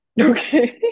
Okay